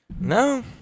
No